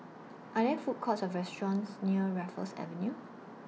Are There Food Courts Or restaurants near Raffles Avenue